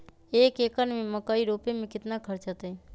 एक एकर में मकई रोपे में कितना खर्च अतै?